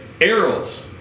Arrows